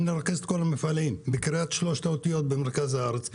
אם נרכז את כל המפעלים במרכז הארץ,